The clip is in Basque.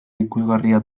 ikusgarria